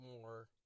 more